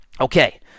Okay